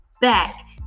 back